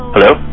Hello